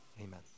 amen